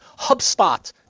HubSpot